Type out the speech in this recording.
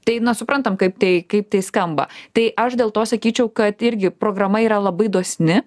tai na suprantam kaip tai kaip tai skamba tai aš dėl to sakyčiau kad irgi programa yra labai dosni